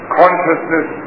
consciousness